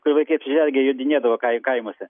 kur vaikai apsižergę jodinėdavo kai kaimuose